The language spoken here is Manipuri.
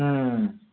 ꯎꯝ